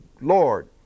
Lord